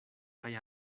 kaj